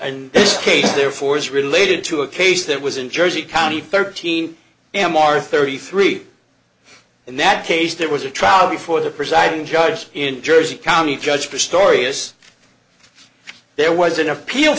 case therefore is related to a case that was in jersey county thirteen m r thirty three in that case there was a trial before the presiding judge in jersey county judge pistorius there was an appeal